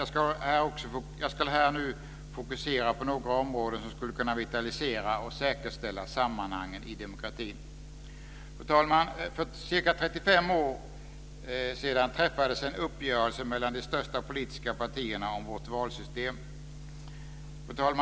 Jag ska här fokusera några områden som skulle kunna vitalisera och säkerställa sammanhangen i demokratin. Fru talman! För ca 35 år sedan träffades en uppgörelse mellan de största politiska partierna om vårt valsystem.